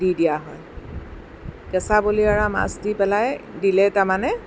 দি দিয়া হয় কেঁচা বলিয়ৰা মাছ দি পেলাই দিলে তাৰমানে